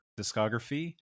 discography